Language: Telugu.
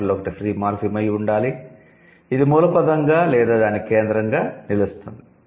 వాటిలో ఒకటి 'ఫ్రీ మార్ఫిమ్' అయి ఉండాలి ఇది మూల పదంగా లేదా దాని కేంద్రంగా నిలుస్తుంది